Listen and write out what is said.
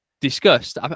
discussed